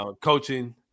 Coaching